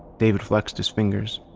david flexed his fingers,